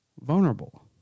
vulnerable